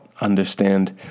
understand